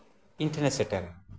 ᱤᱧ ᱴᱷᱮᱱᱮ ᱥᱮᱴᱮᱨᱮᱱᱟ